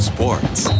Sports